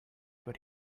but